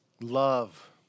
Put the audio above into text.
Love